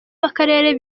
b’akarere